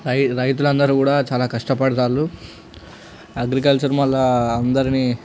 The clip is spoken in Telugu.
రైతులందరూ కూడా చాలా కష్టపడుతున్నారు అగ్రికల్చర్ వాళ్ళ అందరిని